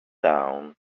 down